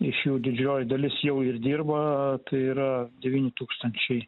iš jų didžioji dalis jau ir dirba tai yra devyni tūkstančiai